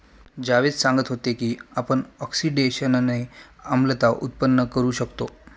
जावेद सांगत होते की आपण ऑक्सिडेशनने आम्लता उत्पन्न करू शकतो